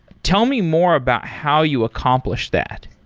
tell me more about how you accomplish that.